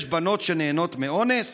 יש בנות שנהנות מאונס?